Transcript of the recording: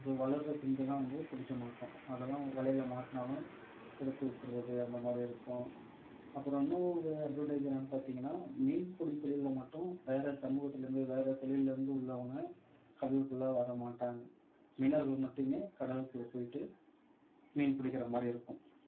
இது வளர்ற குஞ்செலாம் வந்து பிடிக்க மாட்டோம் அதெலாம் வலையில் மாட்டினாலும் எடுத்துவிட்றது அந்தமாதிரி இருக்கும் அப்புறம் இன்னொரு அட்வான்டேஜ் என்னன்னு பார்த்திங்கன்னா மீன் பிடிக்கிறதுல மட்டும் வேற சமூகத்திலருந்து வேற தொழில்லருந்து உள்ளவங்கள் கடலுக்குள்ள வரமாட்டாங்க மீனவர்கள் மட்டுமே கடலுக்குள்ளே போயிட்டு மீன் பிடிக்கிற மாதிரி இருக்கும்